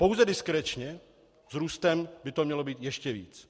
Pouze diskrečně, s růstem by to mělo být ještě víc.